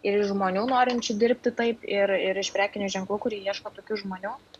iš žmonių norinčių dirbti taip ir ir iš prekinių ženklų kurie ieško tokių žmonių